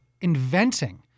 inventing